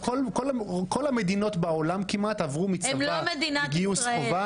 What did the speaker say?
כל המדינות בעולם כמעט עברו מגיוס חובה